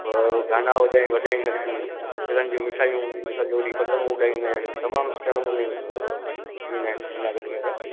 पोइ गाना वॼा वॼाईंदा आहिनि तिरनि जूं मिठायूं हूंदियूं सॼो ॾींहुं पतंगूं उॾाईंदा आहिनि तमामु सुठे नमूने आहिनि जूनागढ़ में त